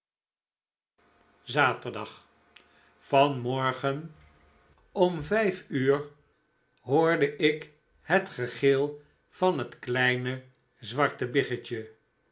zaterdag van morgen om vijf uur hoorde ik het gegil van het kleine zwarte biggetje